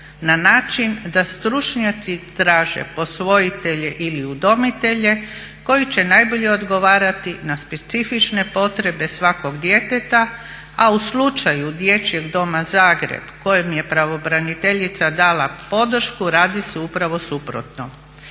na način da stručnjaci traže posvojitelje ili udomitelje koji će najbolje odgovarati na specifične potrebe svakog djeteta, a u slučaju dječjeg doma Zagreb kojem je pravobraniteljica dala podršku radi se upravo suprotno.